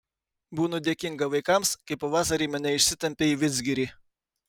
būnu dėkinga vaikams kai pavasarį mane išsitempia į vidzgirį